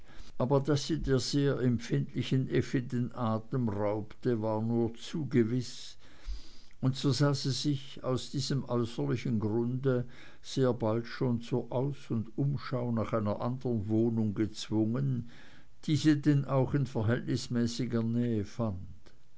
aber daß sie der sehr empfindlichen effi den atem raubte war nur zu gewiß und so sah sie sich aus diesem äußerlichen grunde sehr bald schon zur aus und umschau nach einer anderen wohnung gezwungen die sie denn auch in verhältnismäßiger nähe fand